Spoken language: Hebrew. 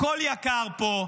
הכול יקר פה,